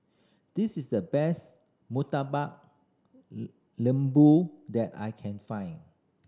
this is the best Murtabak Lembu that I can find